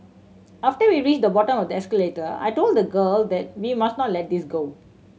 after we reached the bottom of the escalator I told the girl that we must not let this go